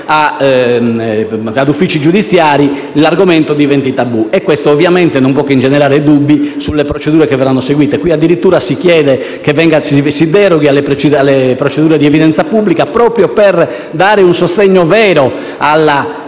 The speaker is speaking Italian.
a uffici giudiziari, l'argomento diventi tabù. Questo ovviamente non può che ingenerare dubbi sulle procedure che verranno seguite. Qui addirittura si chiede che si deroghi alle procedure di evidenza pubblica, proprio per dare un sostegno vero